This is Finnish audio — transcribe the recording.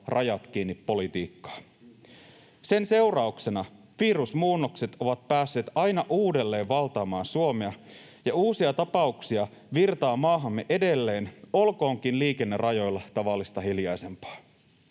rajat kiinni ‑politiikkaa. Sen seurauksena virusmuunnokset ovat päässeet aina uudelleen valtaamaan Suomea ja uusia tapauksia virtaa maahamme edelleen, olkoonkin liikenne rajoilla tavallista hiljaisempaa.